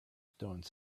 stone